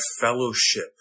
fellowship